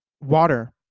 Water